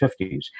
1950s